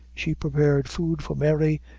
she prepared food for mary,